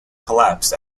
collapsed